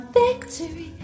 victory